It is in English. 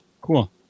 cool